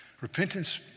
Repentance